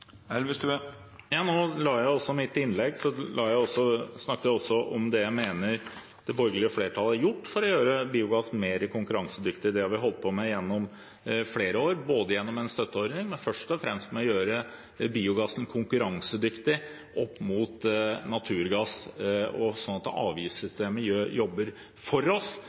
mitt innlegg snakket jeg om det jeg mener det borgerlige flertallet har gjort for å gjøre biogass mer konkurransedyktig. Det har vi holdt på med gjennom flere år, både gjennom en støtteordning, men først og fremst ved å gjøre biogassen konkurransedyktig opp mot naturgass slik at avgiftssystemet jobber for oss,